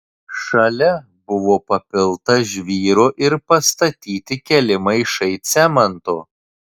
šalia buvo papilta žvyro ir pastatyti keli maišai cemento